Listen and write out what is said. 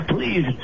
Please